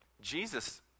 Jesus